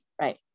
Right